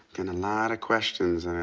getting a lot of questions.